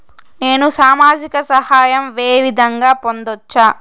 నేను సామాజిక సహాయం వే విధంగా పొందొచ్చు?